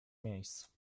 miejsc